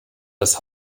das